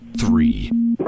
three